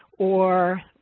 or,